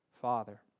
Father